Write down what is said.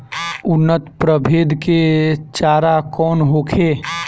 उन्नत प्रभेद के चारा कौन होखे?